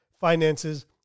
finances